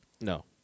No